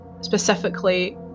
specifically